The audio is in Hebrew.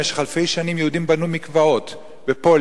במשך אלפי שנים יהודים בנו מקוואות בפולין,